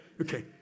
Okay